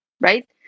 right